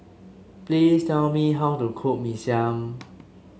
please tell me how to cook Mee Siam